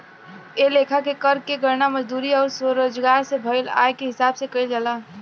ए लेखा के कर के गणना मजदूरी अउर स्वरोजगार से भईल आय के हिसाब से कईल जाला